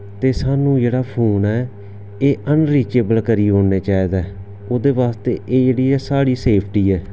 ते साह्नूं जेह्ड़ा फोन ऐ एह् अनरीचएबल करी ओड़ने चाहिदा ऐ ओह्दे वास्तै एह् जेह्ड़ी ऐ साढ़ी सेफ्टी ऐ